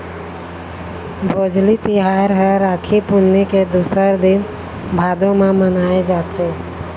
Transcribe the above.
भोजली तिहार ह राखी पुन्नी के दूसर दिन भादो म मनाए जाथे